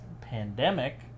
pandemic